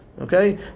okay